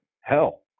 hell